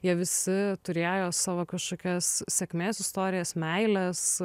jie visi turėjo savo kažkokias sėkmės istorijas meiles